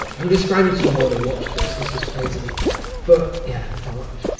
i'm describing to you what a watch does, this is crazy but, yeah, a watch.